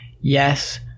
Yes